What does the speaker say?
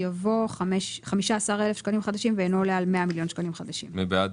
מי בעד